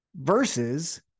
versus